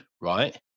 right